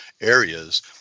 areas